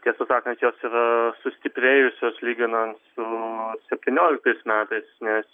tiesą sakant jos yra sustiprėjusios lyginant su septynioliktais metais nes